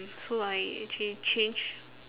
so I actually changed